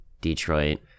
Detroit